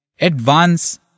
Advance